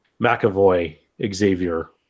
McAvoy-Xavier